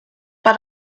but